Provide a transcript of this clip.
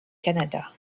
canada